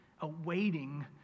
awaiting